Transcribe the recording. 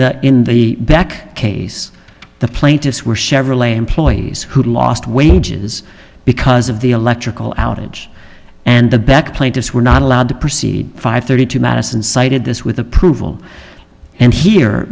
the in the back case the plaintiffs were chevrolet employees who lost wages because of the electrical outage and the back plaintiffs were not allowed to proceed five thirty two madison cited this with approval and here